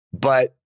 but-